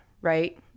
right